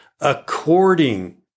according